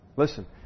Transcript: Listen